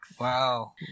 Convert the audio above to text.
Wow